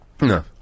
No